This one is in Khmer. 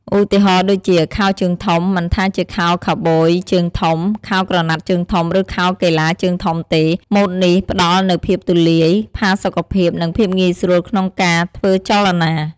ឧទាហរណ៍ដូចជា ខោជើងធំ មិនថាជាខោកាប៊យជើងធំ ខោក្រណាត់ជើងធំ ឬខោកីឡាជើងធំទេ ម៉ូដនេះផ្ដល់នូវភាពទូលាយ ផាសុកភាព និងភាពងាយស្រួលក្នុងការធ្វើចលនា។